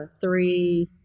three